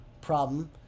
problem